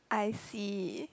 I see